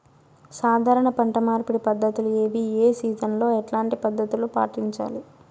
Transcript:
సాధారణ పంట మార్పిడి పద్ధతులు ఏవి? ఏ సీజన్ లో ఎట్లాంటి పద్ధతులు పాటించాలి?